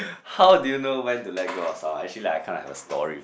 how do you know when to let go of someone actually like I kinda have a story